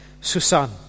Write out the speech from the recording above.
Susan